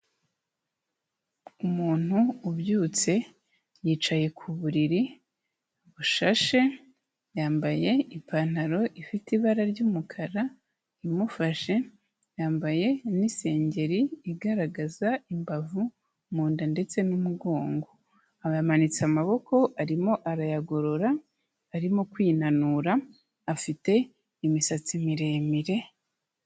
Umuntu ubyutse yicaye ku buriri bushashe, yambaye ipantaro ifite ibara ry'umukara imufashe, yambaye n'isengeri igaragaza imbavu mu nda ndetse n'umugongo, ayamanitse amaboko arimo arayagorora, arimo kwinanura, afite imisatsi miremire.